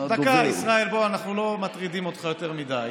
דקה, ישראל, בוא, אנחנו לא מטרידים אותך יותר מדי.